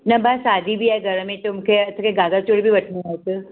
न बसि शादी बि आहे घर में त मूंखे हिकु घाघरा चोली वठिणी हुयसि